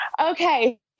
Okay